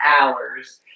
hours